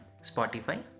Spotify